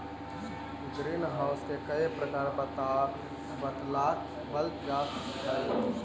green house के कई प्रकार बतलावाल जा हई